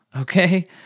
okay